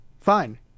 fine